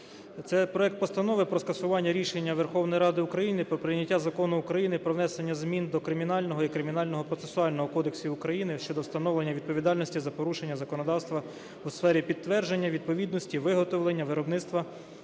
Це проект Постанови про скасування рішення Верховної Ради України про прийняття Закону України "Про внесення змін до Кримінального і Кримінального процесуального кодексів України щодо встановлення відповідальності за порушення законодавства у сфері підтвердження відповідності, виготовлення, виробництва,